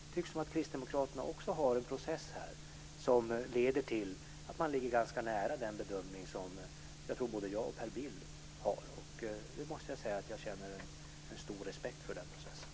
Det tycks som om Kristdemokraterna också har en process här som leder till att man ligger ganska nära den bedömning som jag tror att både jag och Per Bill har. Jag måste säga att jag känner stor respekt för den processen.